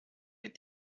les